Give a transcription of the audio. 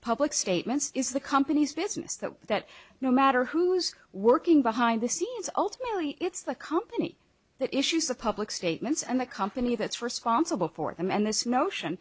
public statements is the company's business that that no matter who's working behind the scenes ultimately it's the company that issues the public statements and the company that's responsible for them and this notion